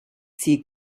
sea